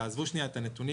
תעזבו את הנתונים,